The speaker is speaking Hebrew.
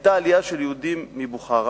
היתה עלייה של יהודים מבוכרה,